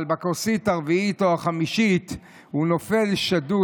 אבל בכוסית הרביעית או החמישית הוא נופל שדוד